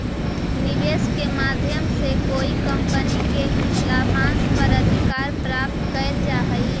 निवेश के माध्यम से कोई कंपनी के लाभांश पर अधिकार प्राप्त कैल जा हई